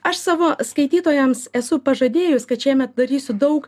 aš savo skaitytojams esu pažadėjus kad šiemet darysiu daug